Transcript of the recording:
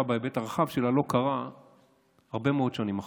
בהיבט הרחב שלה לא קרה הרבה מאוד שנים אחורה.